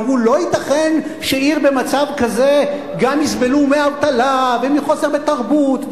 אמרו: לא ייתכן שבעיר במצב כזה גם יסבלו מאבטלה ומחוסר בתרבות,